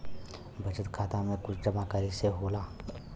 बचत खाता मे कुछ जमा करे से होला?